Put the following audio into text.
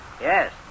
Yes